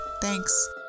Thanks